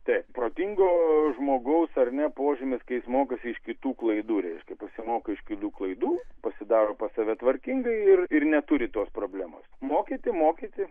taip protingo žmogaus ar ne požymis kai jis mokosi iš kitų klaidų reiškia pasimoko iš kelių klaidų pasidaro pas save tvarkingai ir ir neturi tos problemos mokyti mokyti